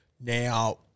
Now